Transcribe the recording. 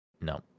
No